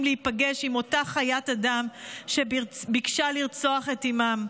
להיפגש עם אותה חיית אדם שביקשה לרצוח את אימם.